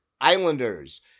Islanders